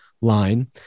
line